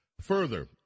Further